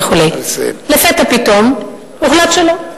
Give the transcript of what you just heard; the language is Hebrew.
לפתע פתאום הוחלט שלא.